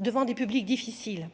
devant des publics difficiles,